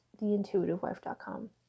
TheIntuitiveWife.com